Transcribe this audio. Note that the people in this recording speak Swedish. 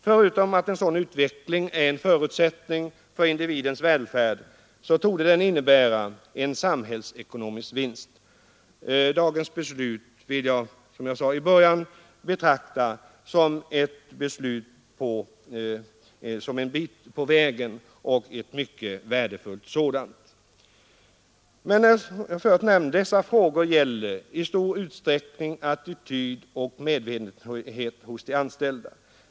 Förutom att en sådan utveckling är en förutsättning för individens välfärd, torde den innebära en samhällsekonomisk vinst. Dagens beslut betraktar jag som sagt som en bit på vägen, och en mycket värdefull sådan. Som jag förut sade gäller dessa frågor i stor utsträckning attityd och medvetenhet hos de anställda.